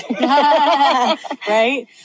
Right